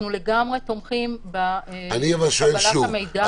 אנחנו לגמרי תומכים בקבלת המידע --- אני שואל